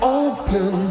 open